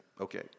Okay